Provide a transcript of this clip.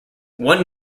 one